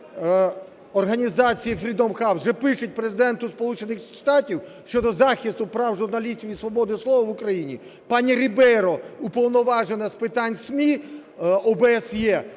організації Freedom House, вже пише Президенту Сполучених Штатів щодо захисту прав журналістів і свободи слова в Україні. Пані Рібейро, Уповноважена з питань ЗМІ ОБСЄ,